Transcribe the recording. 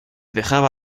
dejaba